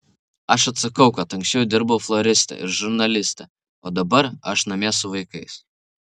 aš atsakau kad anksčiau dirbau floriste ir žurnaliste o dabar aš namie su vaikais